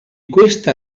questa